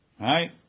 Right